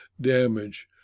damage